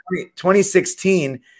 2016